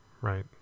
Right